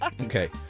Okay